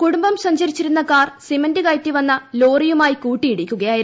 കുടുംബം സഞ്ചരിച്ചി രുന്ന കാർ സിമെന്റ് കയറ്റി വന്ന ലോറിയുമായി കൂട്ടിയിടിക്കുക യായിരുന്നു